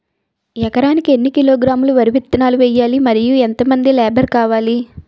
ఎకరానికి ఎన్ని కిలోగ్రాములు వరి విత్తనాలు వేయాలి? మరియు ఎంత మంది లేబర్ కావాలి?